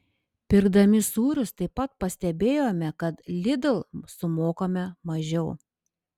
pirkdami sūrius taip pat pastebėjome kad lidl sumokame mažiau